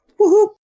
Woohoo